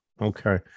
Okay